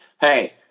hey